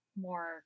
more